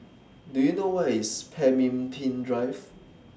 Do YOU know Where IS Pemimpin Drive